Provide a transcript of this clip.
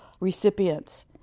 recipients